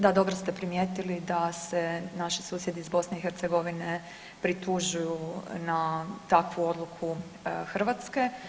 Da dobro ste primijetili da se naši susjedi iz BiH pritužuju na takvu odluku Hrvatske.